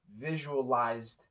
visualized